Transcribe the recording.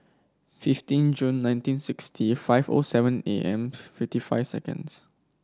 fifteen June nineteen sixty five O seven A M fifty five seconds